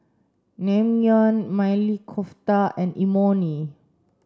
Naengmyeon Maili Kofta and Imoni